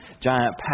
giant